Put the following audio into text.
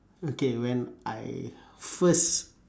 okay when I first